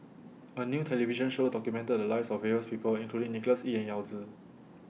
A New television Show documented The Lives of various People including Nicholas Ee and Yao Zi